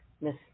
Miss